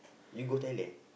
you go Thailand